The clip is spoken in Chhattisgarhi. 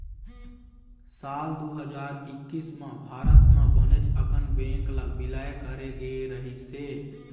साल दू हजार एक्कइस म भारत म बनेच अकन बेंक ल बिलय करे गे रहिस हे